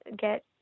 get